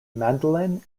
mandolin